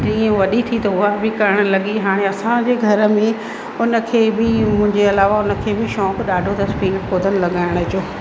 तीअं वॾी थी त उहा बि करणु लॻी हाणे असांजे घर में उन खे बि मुंहिंजे अलावा उन खे बि शौक़ु ॾाढो अथई पेड़ पौधनि लॻाइण जो